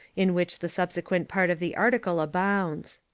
in which the subsequent part of the article abounds.